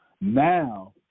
Now